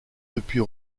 depuis